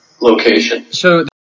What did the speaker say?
location